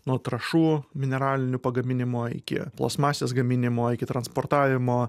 nuo trąšų mineralinių pagaminimo iki plastmasės gaminimo iki transportavimo